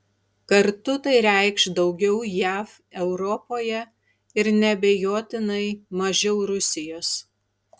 kartu tai reikš daugiau jav europoje ir neabejotinai mažiau rusijos